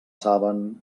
saben